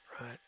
right